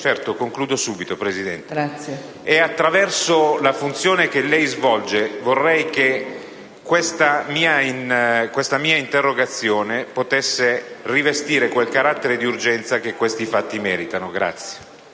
Concludo subito, signora Presidente. Attraverso la funzione che lei svolge, vorrei che questa mia interrogazione potesse rivestire quel carattere di urgenza che questi fatti meritano.